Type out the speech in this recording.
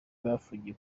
bafungiye